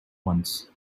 once